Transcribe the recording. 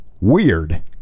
WEIRD